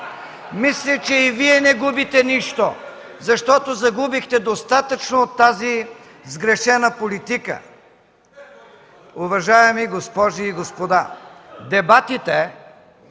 Мисля, че и Вие не губите нищо, защото загубихте достатъчно от тази сгрешена политика! Уважаеми госпожи и господа, дебатите